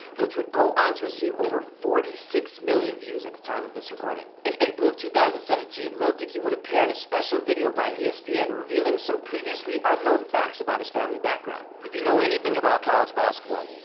which would go on to receive over forty six million views at the time of this recording. in april of two thousand and seventeen, lil dicky would appear in a special video by espn, revealing some previously unknown facts about his family background. if you know anything about college basketball,